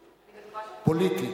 פוליטית.